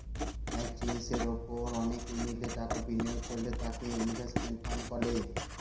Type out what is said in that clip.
এক জিনিসের উপর অনেকে মিলে টাকা বিনিয়োগ করলে তাকে ইনভেস্টমেন্ট ফান্ড বলে